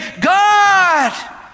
god